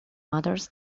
others